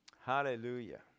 Hallelujah